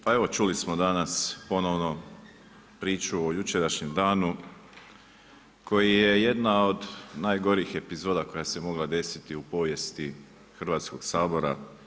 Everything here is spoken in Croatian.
Pa evo čuli smo danas ponovno priču o jučerašnjem danu, koji je jedna od najgorih epizoda koja se mogla desiti u povijesti Hrvatskog sabora.